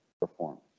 performance